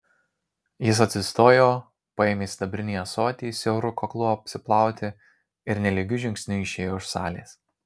jis atsistojo paėmė sidabrinį ąsotį siauru kaklu apsiplauti ir nelygiu žingsniu išėjo iš salės